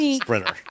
sprinter